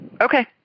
Okay